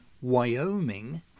Wyoming